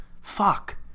Fuck